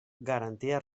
garantia